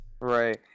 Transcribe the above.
Right